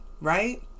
right